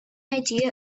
idea